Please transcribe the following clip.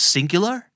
Singular